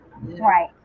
Right